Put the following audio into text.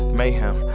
mayhem